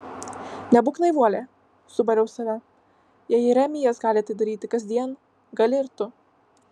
nebūk naivuolė subariau save jei jeremijas gali tai daryti kasdien gali ir tu